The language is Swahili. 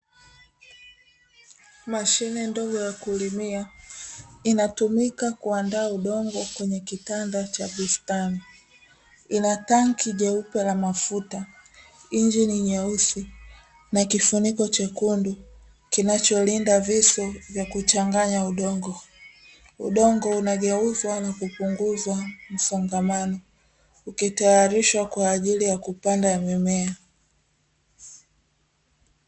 Mashine ndogo ya kulimia, inatumika kuandaa udongo kwenye kitanda cha bustani; ina tanki jeupe la mafuta, injini nyeusi, na kifuniko chekundu kinacholinda visu vya kuchanganya udongo. Udongo unageuzwa na kupunguzwa msongamano, ukitayarishwa kwa ajili ya kupanda mimea.